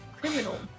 criminal